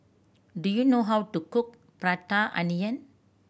do you know how to cook Prata Onion